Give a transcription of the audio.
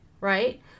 Right